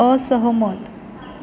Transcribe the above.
असहमत